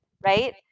right